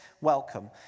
welcome